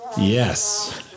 Yes